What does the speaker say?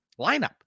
lineup